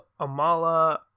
Amala